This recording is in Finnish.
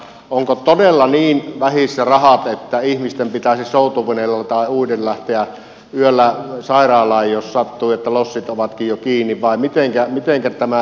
onko todella niin vähissä rahat että ihmisten pitäisi soutuveneellä tai uiden lähteä yöllä sairaalaan jos sattuu että lossit ovatkin jo kiinni vai miten tämä hätäliikenne hoidetaan